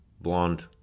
blonde